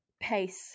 Pace